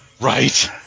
Right